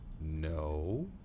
No